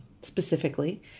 specifically